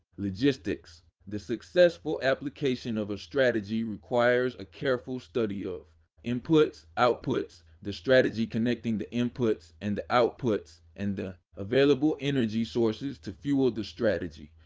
logistics the successful application of a strategy requires a careful study of inputs, outputs, the strategy connecting the inputs and the outputs, and the available energy sources to fuel the strategy.